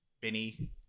benny